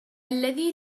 الذي